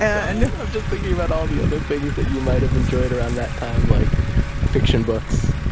and just thinking about all the other things that you might've enjoyed around that time like fiction books